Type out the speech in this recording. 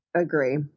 Agree